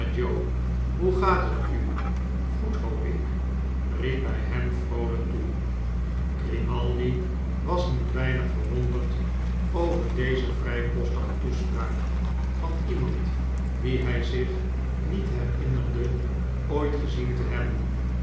hoe gaat het u goed hoop ik riep hij hem vroolijk toe grimaldi was niet weinig verwonderd over deze vrijpostige toespraak van iem and dien hy zich niet herinnerde ooit gezien te hebben